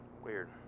Weird